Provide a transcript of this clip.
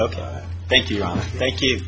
ok thank you thank you